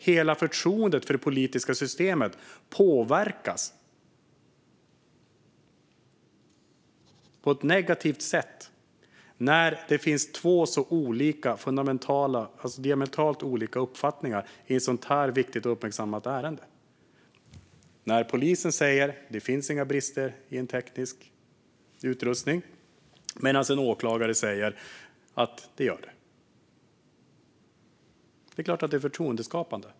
Hela förtroendet för det politiska systemet påverkas på ett negativt sätt när det finns två diametralt olika uppfattningar i ett sådant här viktigt och uppmärksammat ärende. När polisen säger att det inte finns brister i en teknisk utrustning och en åklagare säger att det gör det är det klart att det är förtroendeskadande.